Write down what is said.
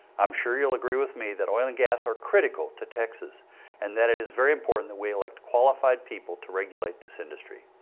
i'm sure you'll agree with me that oil and gas are critical to texas and that it is very important that we elect qualified people to regulate this industry.